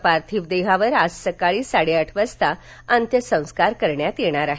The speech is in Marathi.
त्यांच्या पार्थिव देहावर आज सकाळी साडेआठ वाजता अंत्यसंस्कार करण्यात येणार आहेत